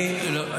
לא.